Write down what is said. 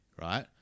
right